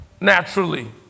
naturally